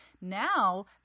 Now